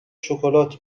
شکلات